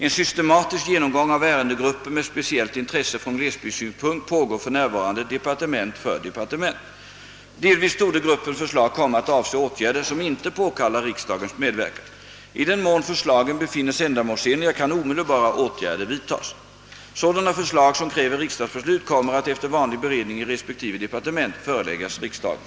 En systematisk genomgång av ärendegrupper med speciellt intresse från glesbygdssynpunkt pågår för närvarande departement för departement. Delvis torde gruppens förslag komma att avse åtgärder som inte påkallar riksdagens medverkan. I den mån förslagen befinnes ändamålsenliga kan omedelbara åtgärder vidtas. Sådana förslag som kräver riksdagsbeslut kommer att efter vanlig beredning i respektive departement föreläggas riksdagen.